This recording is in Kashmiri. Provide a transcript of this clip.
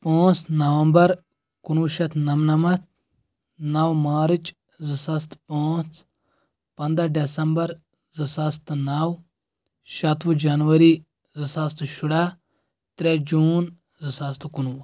پانٛژھ نومبر کُنوُہ شیٚتھ نَمنَمَتھ نو مارٕچ زٕ ساس تہٕ پانٛژھ پنٛدہ ڈیسمبر زٕ ساس تہٕ نو شَتوُہ جنؤری زٕ ساس تہٕ شُراہ ترٛےٚ جوٗن زٕ ساس تہٕ کُنوُہ